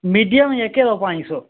medium जेह्के ओह् पंज सौ